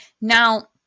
Now